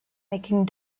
making